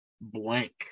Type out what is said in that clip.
blank